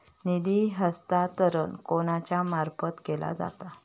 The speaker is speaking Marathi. निधी हस्तांतरण कोणाच्या मार्फत केला जाता?